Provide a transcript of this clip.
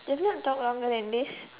you've not talked longer than this